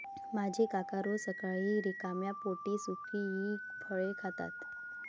माझे काका रोज सकाळी रिकाम्या पोटी सुकी फळे खातात